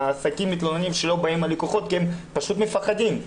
העסקים מתלוננים שהלקוחות לא באים כי הם פשוט מפחדים.